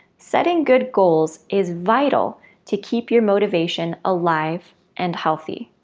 setting good goals is vital to keep your motivation alive and healthy.